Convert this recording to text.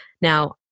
Now